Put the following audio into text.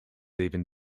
even